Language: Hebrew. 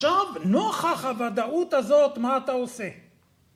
עכשיו נוכח הוודאות הזאת מה אתה עושה